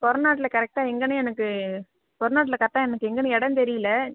கொரநாட்டில் கரெக்டாக எங்கேன்னு எனக்கு கொரநாட்டில் கரெக்டாக எனக்கு எங்கேன்னு இடம் தெரியலை